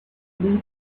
athlete